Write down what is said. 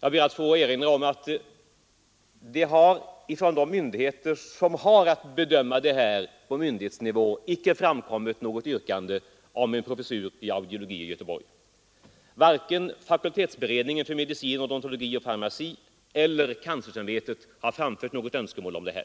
Jag ber att få erinra om att det från de myndigheter som har att bedöma detta på myndighetsnivå icke har framkommit något yrkande om en professur i audiologi i Göteborg. Varken fakultetsberedningen för medicin, odontologi och farmaci eller kanslersämbetet har framfört något önskemål om detta.